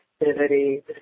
activity